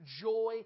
joy